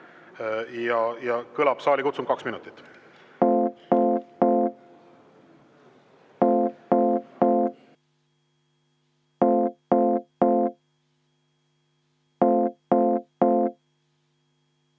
ja kõlab saalikutsung, kaks minutit.